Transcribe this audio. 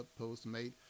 Postmate